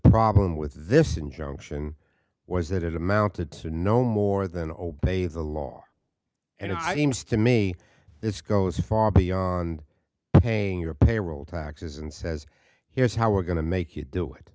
problem with this injunction was that it amounted to no more than obey the law and it seems to me this goes far beyond paying your payroll taxes and says here's how we're going to make you do it